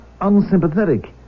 unsympathetic